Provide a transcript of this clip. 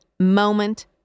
moment